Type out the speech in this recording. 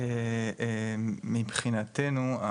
מבחינתנו,